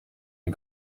les